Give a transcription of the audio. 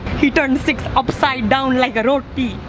he turn six upside down like a roti.